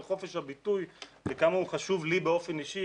חופש הביטוי וכמה הוא חשוב לי באופן אישי,